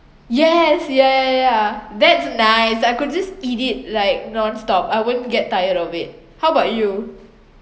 yes ya ya ya that's nice I could just eat it like non stop I won't get tired of it how about you